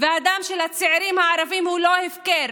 והדם של הצעירים הערבים הוא לא הפקר,